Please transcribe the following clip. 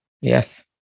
Yes